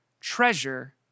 Treasure